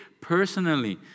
personally